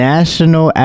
National